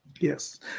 yes